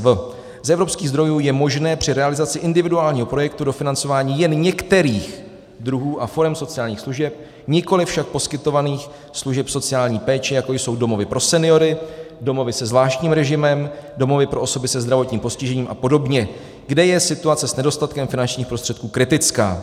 Z evropských zdrojů je možné při realizaci individuálního projektu dofinancování jen některých druhů a forem sociálních služeb, nikoliv však poskytovaných služeb sociální péče, jako jsou domovy pro seniory, domovy se zvláštním režimem, domovy pro osoby se zdravotním postižením a podobně, kde je situace s nedostatkem finančních prostředků kritická.